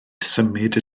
symud